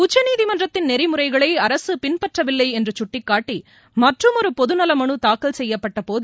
உச்சநீதிமன்றத்தின் நெறிமுறைகளை அரசு பின்பற்றவில்லை என்று குட்டிக்காட்டி மற்றுமொரு பொது நல மனு தாக்கல் செய்யப்பட்ட போது